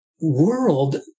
world